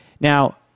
Now